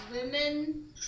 women